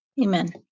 Amen